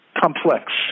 complex